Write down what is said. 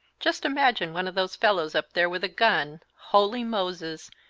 just imagine one of those fellows up there with a gun! holy moses!